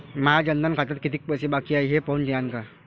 माया जनधन खात्यात कितीक पैसे बाकी हाय हे पाहून द्यान का?